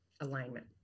alignment